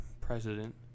president